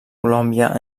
colòmbia